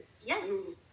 yes